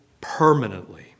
permanently